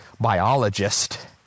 biologist